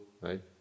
right